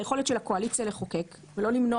היכולת של הקואליציה לחוקק ולא למנוע